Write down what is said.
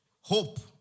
hope